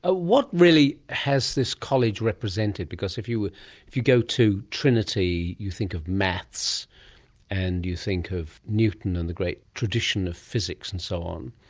ah what really has this college represented? because if you if you go to trinity you think of maths and you think of newton and the great tradition of physics and so on.